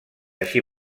així